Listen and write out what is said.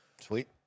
Sweet